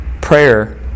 prayer